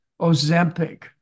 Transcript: Ozempic